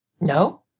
No